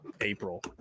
April